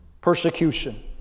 Persecution